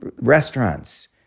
restaurants